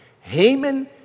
Haman